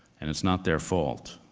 and it's not their fault.